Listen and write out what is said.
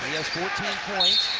he has fourteen points.